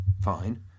Fine